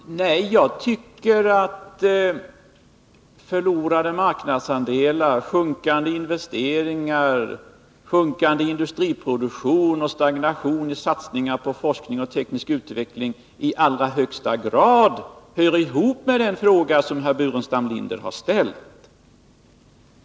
Fru talman! Nej, jag tycker att förlorade marknadsandelar, sjunkande investeringar, sjunkande industriproduktion och stagnation i satsningar på forskning och teknisk utveckling i allra högsta grad hör ihop med den fråga som herr Burenstam Linder har ställt.